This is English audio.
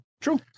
True